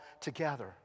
together